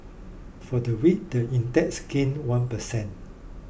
for the week the index gained one per cent